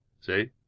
See